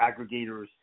aggregators